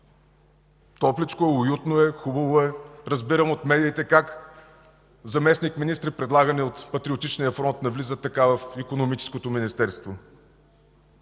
Топличко, уютно е, хубаво е. Разбирам от медиите как заместник-министри, предлагани от Патриотичния фронт, навлизат в Икономическото министерство.